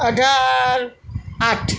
અઢાર આઠ